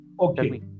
Okay